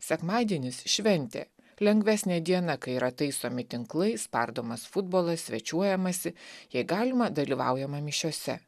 sekmadienis šventė lengvesnė diena kai yra taisomi tinklai spardomas futbolas svečiuojamasi jei galima dalyvaujama mišiose